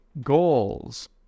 goals